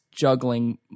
juggling